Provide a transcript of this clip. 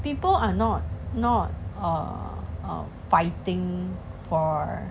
people are not not err um are fighting for